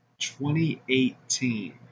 2018